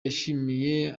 yashimiye